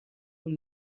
اون